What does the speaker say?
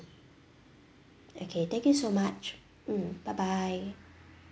okay thank you so much mm bye bye